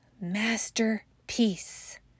masterpiece